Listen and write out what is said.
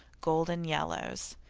golden yellows.